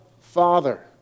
Father